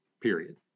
period